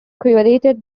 curated